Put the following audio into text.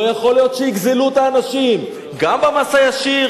לא יכול להיות שגם יגזלו את האנשים במס הישיר